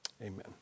amen